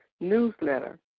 newsletter